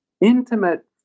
intimate